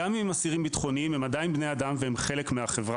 אסירים גם אם הם אסירים בטחוניים הם עדיין בני אדם והם חלק מהחברה.